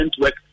work